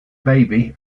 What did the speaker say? baby